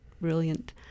brilliant